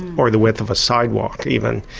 or the width of a sidewalk even.